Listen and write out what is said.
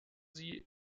sie